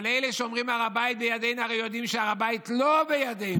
אבל אלה שאומרים "הר הבית בידינו" הרי יודעים שהר הבית לא בידינו.